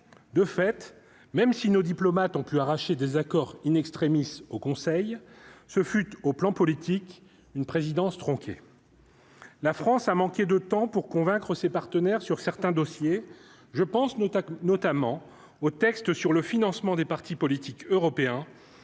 de fait, même si nos diplomates ont pu arracher des accords in-extremis au conseil, ce fut au plan politique, une présidence tronqué. La France a manqué de temps pour convaincre ses partenaires sur certains dossiers, je pense, notamment, notamment au texte sur le financement des partis politiques européens